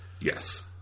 Yes